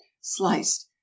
sliced